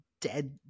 dead